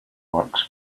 works